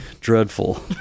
dreadful